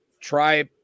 try